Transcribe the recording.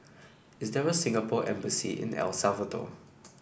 is there a Singapore Embassy in El Salvador